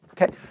Okay